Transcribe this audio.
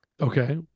Okay